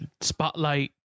spotlight